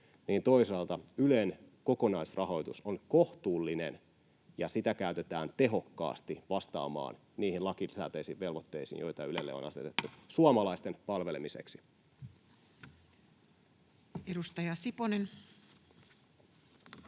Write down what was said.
toisaalta Ylen kokonaisrahoitus on kohtuullinen ja sitä käytetään tehokkaasti vastaamaan niihin lakisääteisiin velvoitteisiin, joita Ylelle on asetettu suomalaisten palvelemiseksi. [Speech